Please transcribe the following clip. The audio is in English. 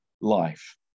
life